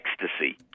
ecstasy